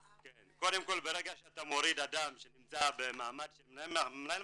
קודם כל ברגע שאתה מוריד אדם שנמצא במעמד של מנהל מחלקה,